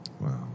Wow